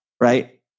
Right